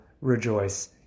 rejoice